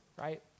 right